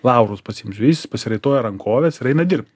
laurus pasiimsiu jis pasiraitoja rankoves ir eina dirbt